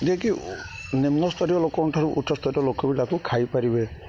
ଯିଏକି ନିମ୍ନସ୍ତରୀୟ ଲୋକଙ୍କ ଠାରୁ ଉଚ୍ଚସ୍ତରୀୟ ଲୋକ ବି ତାକୁ ଖାଇପାରିବେ